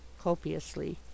copiously